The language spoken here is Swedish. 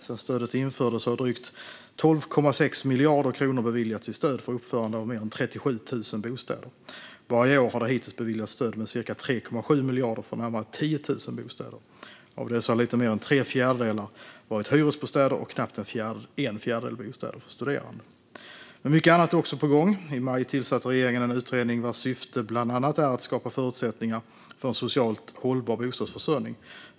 Sedan stödet infördes har drygt 12,6 miljarder kronor beviljats i stöd för uppförande av mer än 37 000 bostäder. Bara i år har det hittills beviljats stöd med cirka 3,7 miljarder för närmare 10 000 bostäder. Av dessa har lite mer än tre fjärdedelar varit hyresbostäder och knappt en fjärdedel bostäder för studerande. Men mycket annat är också på gång. I maj tillsatte regeringen en utredning vars syfte bland annat är att skapa förutsättningar för en socialt hållbar bostadsförsörjning.